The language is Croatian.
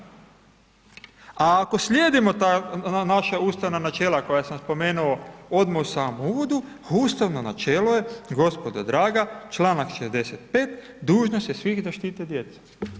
A ako slijedimo ta naša ustavna načela koja sam spomenuo odmah u samom uvodu, pa ustavno načelo je gospodo draga članak 65. dužnost je svih da štite djecu.